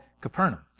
Capernaum